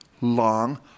long